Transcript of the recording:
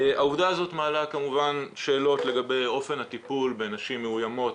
העובדה הזאת מעלה כמובן שאלות לגבי אופן הטיפול בנשים מאוימות,